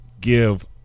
give